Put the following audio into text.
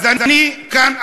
אז אני כאן,